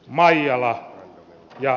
maijala ja